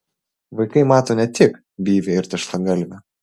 vaikai mato ne tik byvį ir tešlagalvį